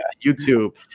YouTube